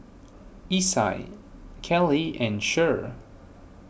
Isai Caleigh and Cher